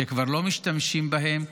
וכבר לא משתמשים בהם,